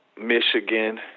Michigan